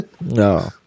no